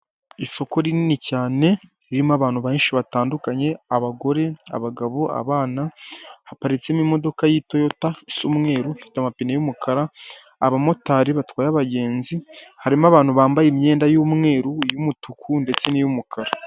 Umuhanda wa kaburimbo cyangwa se w'umukara uri gukoreshwa n'ibinyabiziga bitandukanye, bimwe muri byo ni amagare abiri ahetse abagenzi ikindi nii ikinyabiziga kiri mu ibara ry'umweru cyangwa se ikamyo kikoreye inyuma imizigo bashumikishije itente cyangwa se igitambaro cy'ubururu.